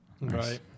Right